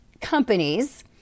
companies